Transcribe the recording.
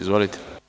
Izvolite.